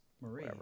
Marie